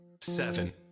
seven